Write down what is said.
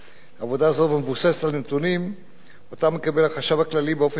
עבודה זו מבוססת על נתונים שאותם מקבל החשב הכללי באופן שוטף